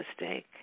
mistake